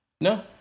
No